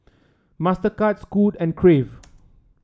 Mastercard Scoot and Crave